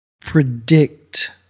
predict